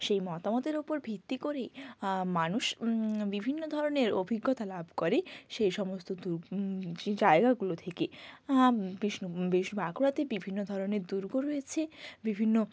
সেই মতামতের ওপর ভিত্তি করেই মানুষ বিভিন্ন ধরনের অভিজ্ঞতা লাভ করে সেই সমস্ত দূর যে জায়গাগুলো থেকে বিষ্ণু বিষ্ণু বাঁকুড়াতে বিভিন্ন ধরনের দুর্গ রয়েছে বিভিন্ন